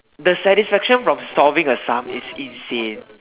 the satisfaction from solving a Sum is insane